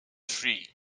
free